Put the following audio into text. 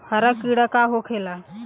हरा कीड़ा का होखे ला?